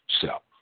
self